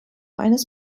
eines